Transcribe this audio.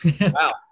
Wow